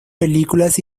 películas